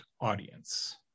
audience